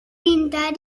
pintar